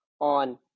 on